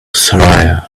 shariah